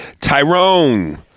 Tyrone